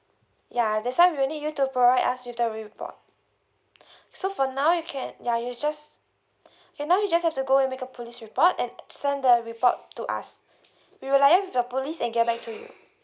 ya that's why we'll need you to provide us with the report so for now you can ya you just K now you just have to go and make a police report and send the report to us we will liaise with the police and get back to you